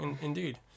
indeed